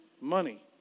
money